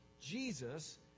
Jesus